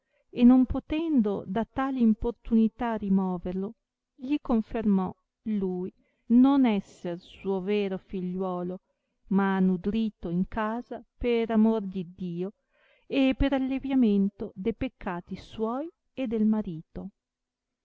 e non potendo da tal importunità rimoverlo gli confermò lui non esser suo vero figliuolo ma nudrito in casa per amor d iddio e per alleviamento de peccati suoi e del marito